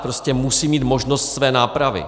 Prostě musím mít možnost své nápravy.